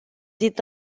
did